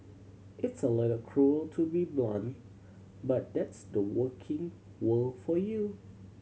it's a little cruel to be blunt but that's the working world for you